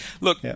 Look